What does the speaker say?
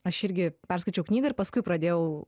aš irgi perskaičiau knygą ir paskui pradėjau